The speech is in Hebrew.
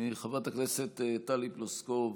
חבר הכנסת טלי פלוסקוב,